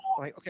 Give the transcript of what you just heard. Okay